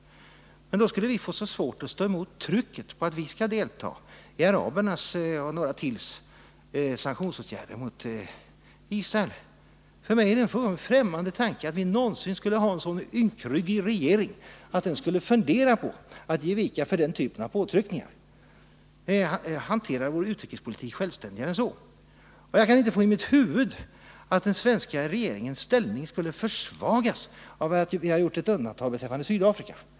Då skulle vi få så svårt att stå emot trycket att vi skulle delta i arabernas och några andras sanktionsåtgärder mot Israel. För mig är det en fullkomligt främmande tanke att vi någonsin skulle ha en så ynkryggad regering att den skulle fundera på att ge vika för den typen av påtryckningar. Vi hanterar vår utrikespolitik självständigare än så. Jag kan inte få i mitt huvud att den svenska regeringens ställning skulle försvagas av att vi har gjort ett undantag beträffande Sydafrika.